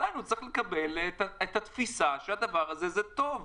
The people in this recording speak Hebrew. עדיין הוא צריך לקבל את התפיסה שהדבר הזה הוא טוב,